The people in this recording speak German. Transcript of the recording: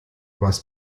was